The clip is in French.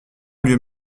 lieu